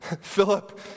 Philip